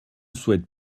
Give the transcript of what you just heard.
souhaite